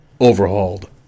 overhauled